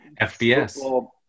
FBS